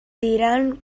diran